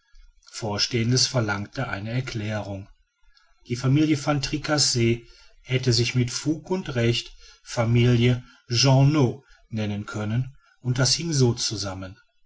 vorstehendes verlangt eine erklärung die familie van tricasse hätte sich mit fug und recht familie jeannot nennen können und das hing so zusammen